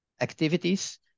activities